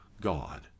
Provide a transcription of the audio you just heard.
God